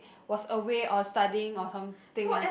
was away or studying or something ah